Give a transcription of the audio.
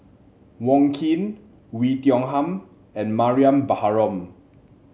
Wong Keen Oei Tiong Ham and Mariam Baharom